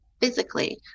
physically